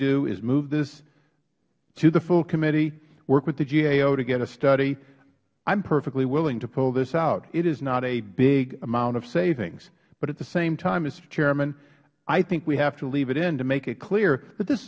do is move this to the full committee work with the gao to get a study i am perfectly willing to pull this out it is not a big amount of savings but at the same time mister chairman i think we have to leave it in to make it clear that this